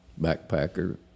backpacker